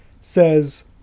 says